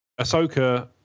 Ahsoka